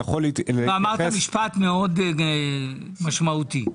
אמרת משפט משמעותי מאוד.